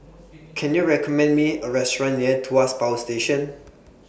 Can YOU recommend Me A Restaurant near Tuas Power Station